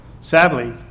sadly